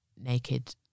naked